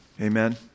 Amen